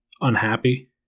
unhappy